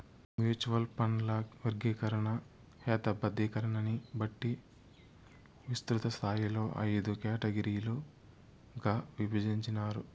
mutual ఫండ్ల వర్గీకరణ, హేతబద్ధీకరణని బట్టి విస్తృతస్థాయిలో అయిదు కేటగిరీలుగా ఇభజించినారు